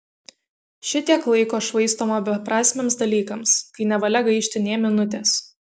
šitiek laiko švaistoma beprasmiams dalykams kai nevalia gaišti nė minutės